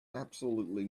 absolutely